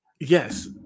Yes